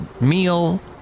meal